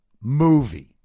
movie